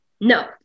no